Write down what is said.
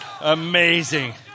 Amazing